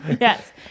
Yes